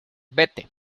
vete